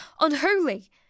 unholy